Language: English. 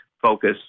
focus